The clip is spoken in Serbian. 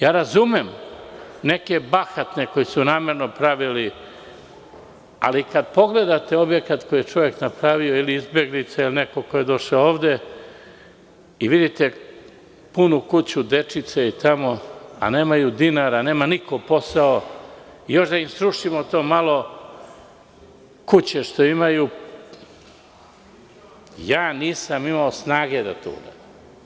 Razumem neke bahate koji su namerno pravili, ali kad pogledate objekat koji je čovek napravio ili izbeglica, ili neko ko je došao ovde i vidite punu kuću dečice tamo, nemaju dinara, nema niko posao, još da im srušimo to malo kuće što imaju, nisam imao snage da to uradim.